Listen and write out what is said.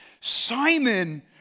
Simon